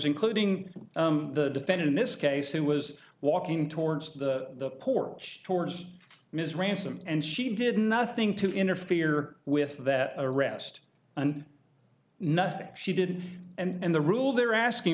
including the defendant in this case who was walking towards the porch towards ms ransom and she did nothing to interfere with that arrest and nothing she did and the rule they're asking